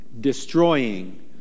destroying